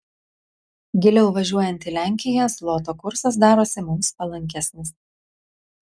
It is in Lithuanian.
giliau važiuojant į lenkiją zloto kursas darosi mums palankesnis